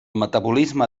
metabolisme